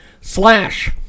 slash